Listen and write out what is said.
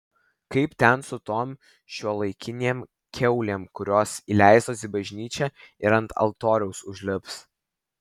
kaip ten su tom šiuolaikinėm kiaulėm kurios įleistos į bažnyčią ir ant altoriaus užlips